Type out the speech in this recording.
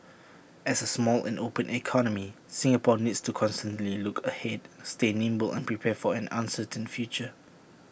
as A small and open economy Singapore needs to constantly look ahead stay nimble and prepare for an uncertain future